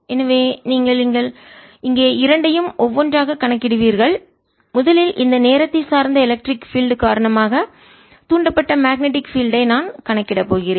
எனவே நீங்கள் இங்கே இரண்டையும் ஒவ்வொன்றாகக் கணக்கிடுவீர்கள் எனவே முதலில் இந்த நேரத்தை சார்ந்த எலக்ட்ரிக் பீல்டு மின்சார புலம் காரணமாக தூண்டப்பட்ட மேக்னெட்டிக் பீல்டு ஐ காந்தப்புலத்தை நான் கணக்கிடப் போகிறேன்